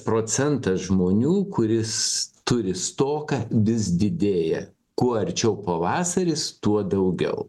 procentas žmonių kuris turi stoką vis didėja kuo arčiau pavasaris tuo daugiau